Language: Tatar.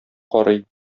карый